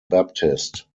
baptist